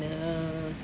uh